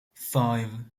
five